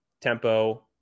tempo